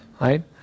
right